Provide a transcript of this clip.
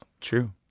True